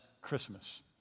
Christmas